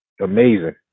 amazing